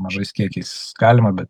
mažais kiekiais galima bet